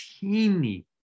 teeny